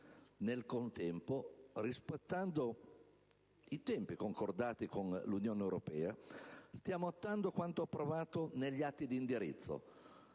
Nel contempo, rispettando i tempi concordati con l'Unione europea, stiamo attuando quanto approvato negli atti di indirizzo